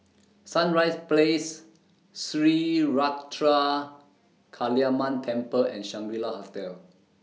Sunrise Place Sri Ruthra Kaliamman Temple and Shangri La Hotel